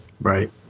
Right